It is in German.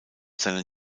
seinen